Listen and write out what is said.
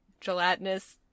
gelatinous